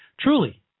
truly